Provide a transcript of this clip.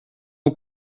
aux